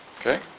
okay